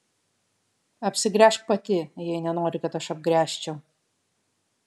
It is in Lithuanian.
apsigręžk pati jei nenori kad aš apgręžčiau